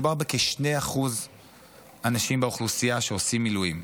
מדובר בכ-2% אנשים באוכלוסייה שעושים מילואים.